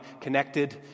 connected